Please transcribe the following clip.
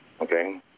okay